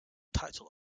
title